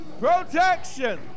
Protection